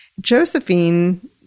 Josephine